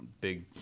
big